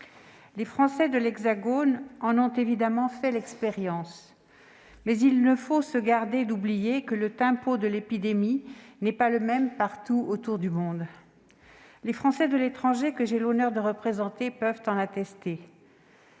Les Français de l'Hexagone en ont évidemment fait l'expérience, mais il faut se garder d'oublier que le tempo de l'épidémie n'est pas le même partout dans le monde : les Français de l'étranger, que j'ai l'honneur de représenter, peuvent en attester.